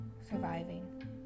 surviving